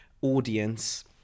audience